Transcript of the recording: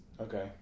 Okay